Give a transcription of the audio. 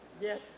Yes